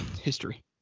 history